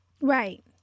Right